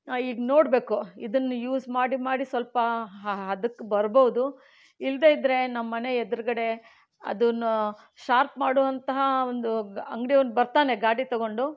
ಈಗ ನೋಡ್ಬೇಕು ಇದನ್ನು ಯೂಸ್ ಮಾಡಿ ಮಾಡಿ ಸ್ವಲ್ಪ ಆ ಹದಕ್ಕೆ ಬರ್ಬೋದು ಇಲ್ಲದೇ ಇದ್ರೆ ನಮ್ಮನೆ ಎದುರುಗಡೆ ಅದನ್ನು ಶಾರ್ಪ್ ಮಾಡುವಂತಹ ಒಂದು ಅಂಗಡಿಯವನು ಬರ್ತಾನೆ ಗಾಡಿ ತಗೊಂಡು